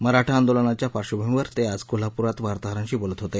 मराठा आंदोलनाच्या पार्श्वभूमीवर ते आज कोल्हापुरात वार्ताहरांशी बोलत होते